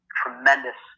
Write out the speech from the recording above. tremendous